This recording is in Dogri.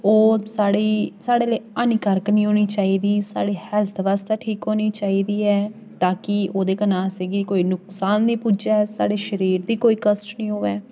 ओह् साढ़ी साढ़े लेई हानिकारक नेईं होनी चाहिदी साढ़े हैल्थ बास्तै ठीक होनी चाहिदी ऐ ताकि ओह्दे कन्नै असेंगी कोई नकसान नेईं पुज्जै साढ़े शरीर दी कोई कश्ट नेईं होवै